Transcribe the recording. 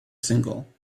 single